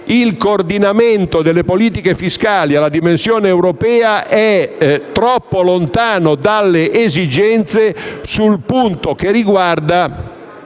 il coordinamento delle politiche fiscali alla dimensione europea è troppo lontano dalle esigenze proprio sul punto che riguarda